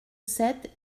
sept